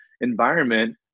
environment